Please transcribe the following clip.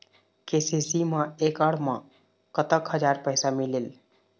KCC मा एकड़ मा कतक हजार पैसा मिलेल?